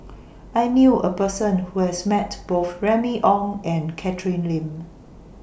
I knew A Person Who has Met Both Remy Ong and Catherine Lim